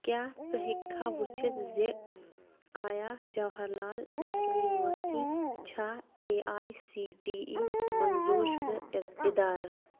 کیٛاہ ژٕ ہیٚکہٕ کھا وٕچھِتھ زِ آیا جَوہرلال نہروٗ یونیورسٹی چھےٚ A I C T E منظوٗر شُدٕ اِرٕ اِدارٕ